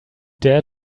dare